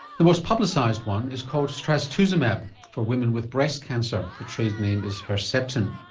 the most publicised one is called trastuzumab for women with breast cancer, the trade name is herceptin.